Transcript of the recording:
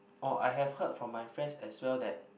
oh I have heard from my friends as well that